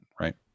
right